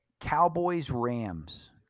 Cowboys-Rams